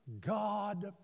God